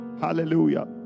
hallelujah